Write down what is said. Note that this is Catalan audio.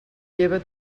lleva